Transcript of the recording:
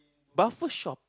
buffer shop